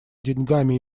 деньгами